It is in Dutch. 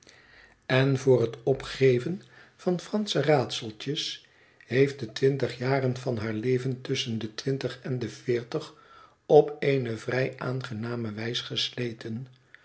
en voor het opgeven van fransche raadseltjes heeft de twintig jaren van haar leven tusschen de twintig en de veertig op eene vrij aangename wijs gesleten